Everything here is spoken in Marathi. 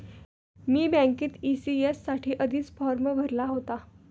मी बँकेत ई.सी.एस साठी आधीच फॉर्म भरला होता